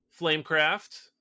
Flamecraft